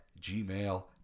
gmail